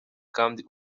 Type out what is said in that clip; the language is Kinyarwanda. kandi